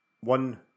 one